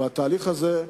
והתהליך הזה,